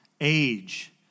age